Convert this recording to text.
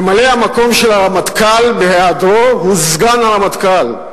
ממלא-המקום של הרמטכ"ל בהיעדרו הוא סגן הרמטכ"ל,